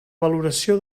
valoració